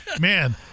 man